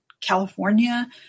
California